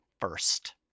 first